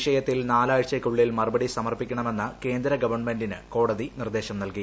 വിഷയത്തിൽ നാലാഴ്ചയ്ക്കുള്ളിൽ മറുപടി സമർപ്പിക്കണമെന്ന് കേന്ദ്രഗവണ്മെന്റിന് കോടതി നിർദ്ദേശം നൽകി